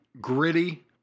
gritty